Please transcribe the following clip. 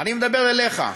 אני מדבר אליך,